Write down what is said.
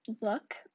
look